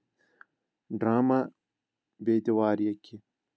drama بیٚیہِ تہِ واریاہ کینٛہہ